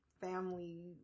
family